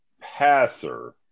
passer